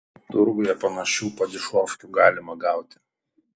turguje panašių padišofkių galima gauti